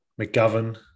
McGovern